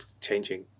changing